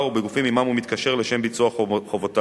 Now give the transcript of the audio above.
ובגופים שעמם הוא מתקשר לשם ביצוע חובותיו.